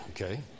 Okay